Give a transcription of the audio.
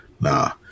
Nah